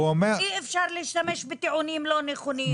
אי אפשר להשתמש בטיעונים לא נכונים.